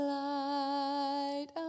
light